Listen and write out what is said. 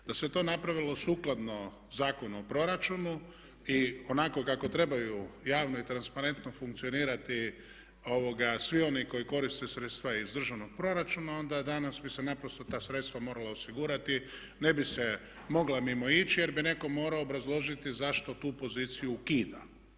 Da se to napravilo sukladno Zakonu o proračunu i onako kako trebaju javno i transparentno funkcionirati svi oni koji koriste sredstva iz državnog proračuna onda danas bi se naprosto ta sredstva morala osigurati, ne bi se mogla mimoići jer bi netko morao obrazložiti zašto tu poziciju ukida.